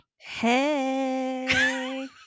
Hey